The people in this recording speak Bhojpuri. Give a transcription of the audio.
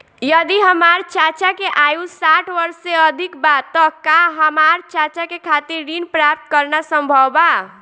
यदि हमार चाचा के आयु साठ वर्ष से अधिक बा त का हमार चाचा के खातिर ऋण प्राप्त करना संभव बा?